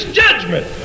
judgment